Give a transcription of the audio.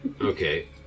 Okay